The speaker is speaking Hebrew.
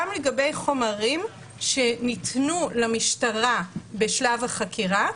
גם לגבי חומרים שניתנו למשטרה בשלב החקירה,